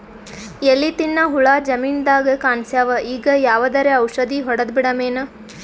ಎಲಿ ತಿನ್ನ ಹುಳ ಜಮೀನದಾಗ ಕಾಣಸ್ಯಾವ, ಈಗ ಯಾವದರೆ ಔಷಧಿ ಹೋಡದಬಿಡಮೇನ?